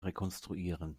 rekonstruieren